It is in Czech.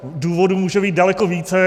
Důvodů může být daleko více.